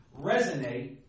resonate